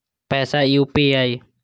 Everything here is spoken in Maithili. पैसा यू.पी.आई?